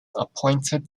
appointed